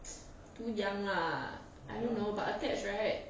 too young lah I don't know but attached right